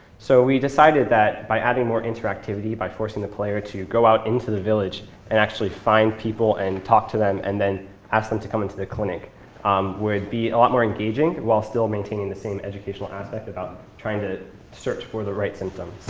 so we decided that by adding more interactivity by forcing the player to go out into the village and actually find people and talk to them and then ask them to come to the clinic um would be a lot more engaging, while still maintaining the same educational aspect about trying to search for the right symptoms.